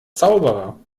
zauberer